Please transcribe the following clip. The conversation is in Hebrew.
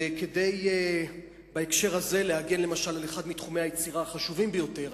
וכדי להגן בהקשר הזה למשל על אחד מתחומי היצירה החשובים ביותר,